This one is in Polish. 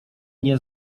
nie